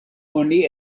oni